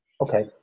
Okay